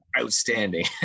outstanding